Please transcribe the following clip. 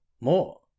more